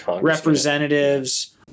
representatives